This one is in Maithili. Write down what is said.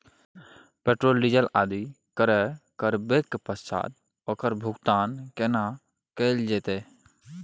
पेट्रोल, डीजल आदि क्रय करबैक पश्चात ओकर भुगतान केना कैल जेतै?